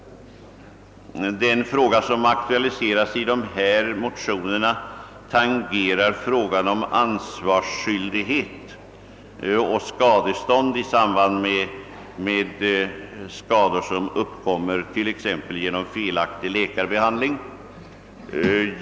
Det problem som aktualiseras i de sist berörda motionerna tangerar frågan om ansvarsskyldighet och skadestånd i samband med skador som uppkommer t.ex. genom felaktig läkarbehandling.